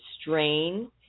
strain